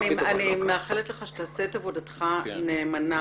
בני, אני מאחלת לך שתעשה את עבודתך נאמנה.